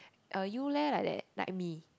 uh you leh like that like me